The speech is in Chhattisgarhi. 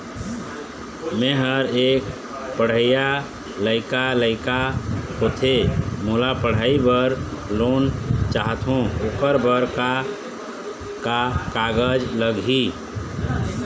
मेहर एक पढ़इया लइका लइका होथे मोला पढ़ई बर लोन चाहथों ओकर बर का का कागज लगही?